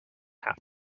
have